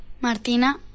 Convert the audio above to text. Martina